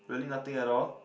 really nothing at all